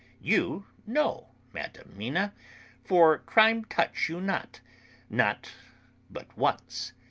you, no, madam mina for crime touch you not not but once.